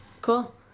cool